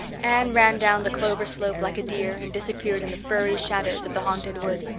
anne ran down the clover slope like a deer, and disappeared in the firry shadows of the haunted wood.